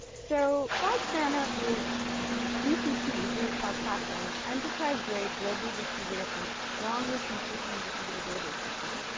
so cloud spanner is gcp, google cloud platform's, enterprise-grade, globally-distributed, and strongly-consistent distributed database system.